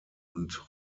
und